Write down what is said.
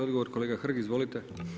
Odgovor kolega Hrg, izvolite.